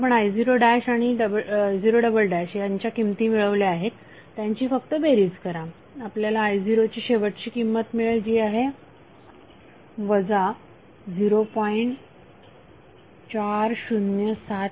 आपण आता i0 आणि i0 यांच्या किमती मिळवल्या आहेत त्यांची फक्त बेरीज करा आपल्याला i0 ची शेवटची किंमत मिळेल जी आहे 0